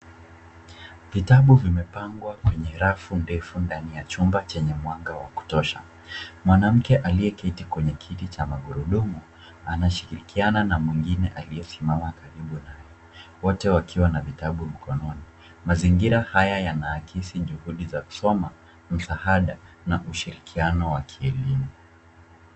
Vitabu vimepangwa kwenye rafu ndefu ndani ya chumba chenye mwanga wa kutosha. Mwanamke aliyeketi kwenye kiti cha magurudumu anashirikiana na mwingine aliyesimama karibu naye, wote wakiwa na vitabu mkononi. Mazingira haya yanaakisi juhudi za kusoma, msaada na ushirikiano wa kielimu.